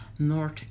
North